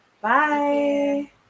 Bye